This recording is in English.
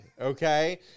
okay